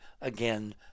again